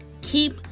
keep